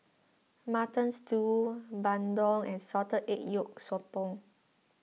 Mutton Stew Bandung and Salted Egg Yolk Sotong